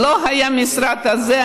אם לא היה המשרד הזה,